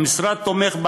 המשרד תומך,